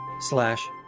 slash